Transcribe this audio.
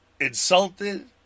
insulted